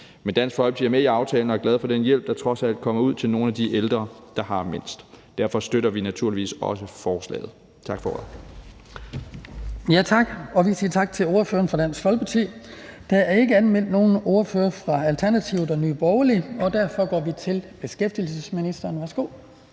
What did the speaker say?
Men Dansk Folkeparti er med i aftalen og er glade for den hjælp, der trods alt kommer ud til nogle af de ældre, der har mindst. Derfor støtter vi naturligvis også forslaget. Tak for ordet. Kl. 11:53 Den fg. formand (Hans Kristian Skibby): Vi siger tak til ordføreren for Dansk Folkeparti. Der er ikke anmeldt nogen ordførere for Alternativet og Nye Borgerlige, og derfor går vi til beskæftigelsesministeren. Værsgo.